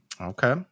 Okay